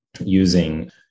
using